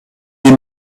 des